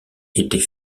était